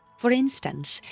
for instance,